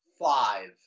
five